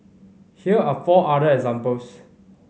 here are four other examples